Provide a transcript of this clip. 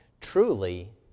truly